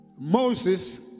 Moses